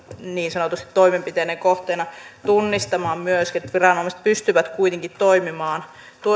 niin sanotusti toimenpiteiden kohteena tunnistamaan niin että viranomaiset pystyvät kuitenkin toimimaan